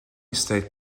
state